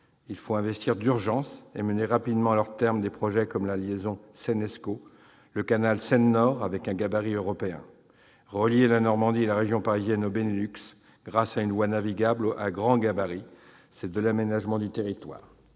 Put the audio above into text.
Il faut investir d'urgence et mener rapidement à leur terme des projets comme la liaison Seine-Escaut, le canal Seine-Nord avec un gabarit européen. Il faut relier la Normandie et la région parisienne au Benelux grâce à une voie navigable à grand gabarit- c'est de l'aménagement du territoire.